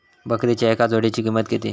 बकरीच्या एका जोडयेची किंमत किती?